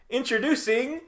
introducing